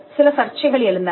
சில சர்ச்சைகள் எழுந்தன